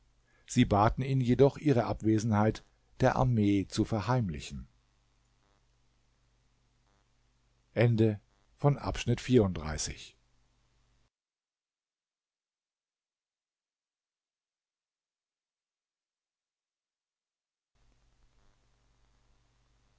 sie baten ihn jedoch ihre abwesenheit der armee zu verheimlichen